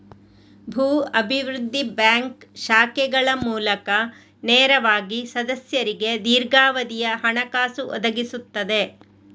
ಭೂ ಅಭಿವೃದ್ಧಿ ಬ್ಯಾಂಕ್ ಶಾಖೆಗಳ ಮೂಲಕ ನೇರವಾಗಿ ಸದಸ್ಯರಿಗೆ ದೀರ್ಘಾವಧಿಯ ಹಣಕಾಸು ಒದಗಿಸುತ್ತದೆ